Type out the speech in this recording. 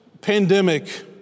pandemic